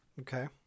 Okay